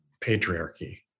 patriarchy